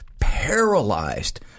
paralyzed